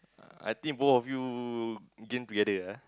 uh I think both of you gain together ah